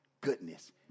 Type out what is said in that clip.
goodness